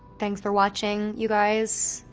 thanks for watching, you guys.